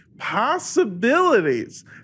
possibilities